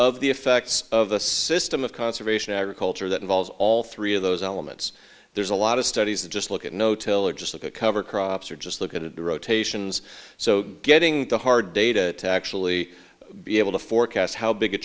of the effects of a system of conservation agriculture that involves all three of those elements there's a lot of studies that just look at no tailor just like a cover crops or just look at the rotations so getting the hard data to actually be able to forecast how big a